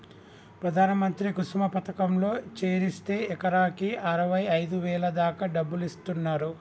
ప్రధాన మంత్రి కుసుమ పథకంలో చేరిస్తే ఎకరాకి అరవైఐదు వేల దాకా డబ్బులిస్తున్నరు